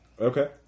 Okay